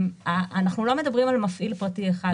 אנחנו לא מדברים על מפעיל פרטי אחד.